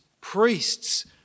Priests